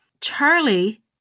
Charlie